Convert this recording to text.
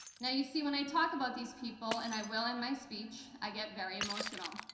now you see when i talk about these people, and i will in my speech, i get very emotional.